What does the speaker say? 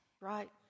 right